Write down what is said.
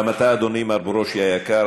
גם אתה, אדוני, מר ברושי היקר.